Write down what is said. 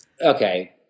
okay